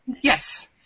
Yes